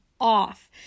off